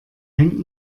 hängt